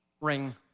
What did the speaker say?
ring